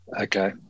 okay